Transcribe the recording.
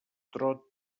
trot